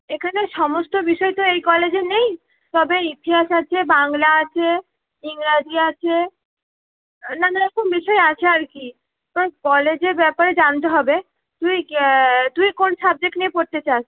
এখানে সমস্ত বিষয় তো এই কলেজে নেই তবে ইতিহাস আছে বাংলা আছে ইংরাজি আছে নানারকম বিষয় আছে আর কি তো কলেজের ব্যাপারে জানতে হবে তুই তুই কোন সাবজেক্ট নিয়ে পড়তে চাস